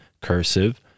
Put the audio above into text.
cursive